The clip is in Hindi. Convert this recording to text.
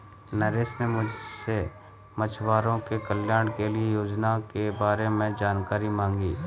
नरेश ने मुझसे मछुआरों के कल्याण के लिए योजना के बारे में जानकारी मांगी